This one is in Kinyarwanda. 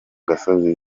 gasozi